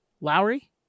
Lowry